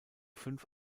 fünf